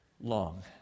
long